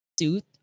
suit